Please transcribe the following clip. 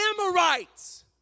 Amorites